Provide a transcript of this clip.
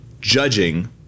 judging